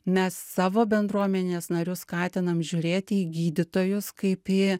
mes savo bendruomenės narius skatinam žiūrėti į gydytojus kaip į